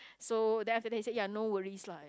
so then after that he said ya no worries lah